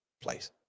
place